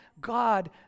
God